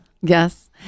Yes